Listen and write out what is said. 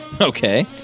Okay